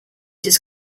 his